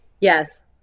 yes